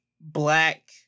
black